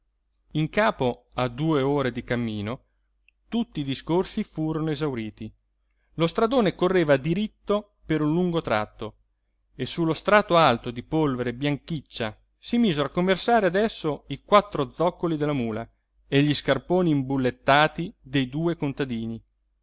in capo a due ore di cammino tutti i discorsi furono esauriti lo stradone correva diritto per un lungo tratto e su lo strato alto di polvere bianchiccia si misero a conversare adesso i quattro zoccoli della mula e gli scarponi imbullettati dei due contadini